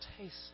taste